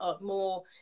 more